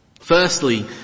Firstly